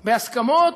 בהסכמות,